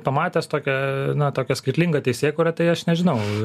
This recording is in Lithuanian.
pamatęs tokią na tokia skaitlinga teisėkūrą tai aš nežinau